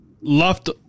left